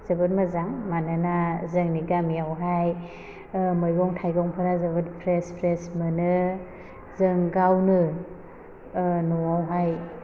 जोबोद मोजां मानोना जोंनि गामियावहाय मैगं थाइगंफोरा जोबोद प्रेस प्रेस मोनो जों गावनो न'वावहाय